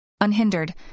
Unhindered